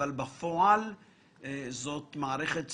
אבל המערכת בפועל היא מערכת סגורה,